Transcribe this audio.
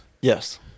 Yes